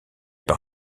par